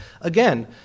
Again